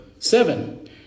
Seven